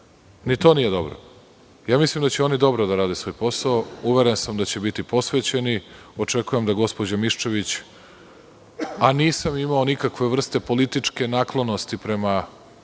ni to nije dobro. Mislim da će dobro da rade svoj posao, uveren sam da će biti posvećeni, očekujem da gospođa Miščević, a nisam imao nikakve vrste političke naklonosti prema njoj,